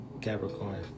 Capricorn